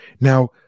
Now